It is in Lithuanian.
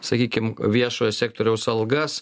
sakykim viešojo sektoriaus algas